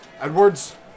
Edwards